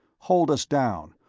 hold us down,